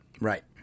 Right